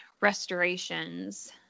restorations